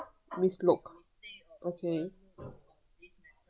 mislooked okay